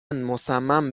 مصمم